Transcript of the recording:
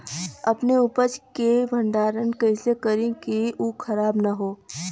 अपने उपज क भंडारन कइसे करीं कि उ खराब न हो?